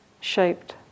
shaped